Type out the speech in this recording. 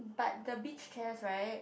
but the beach chairs right